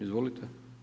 Izvolite.